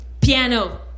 piano